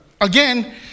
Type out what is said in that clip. again